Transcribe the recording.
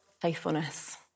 faithfulness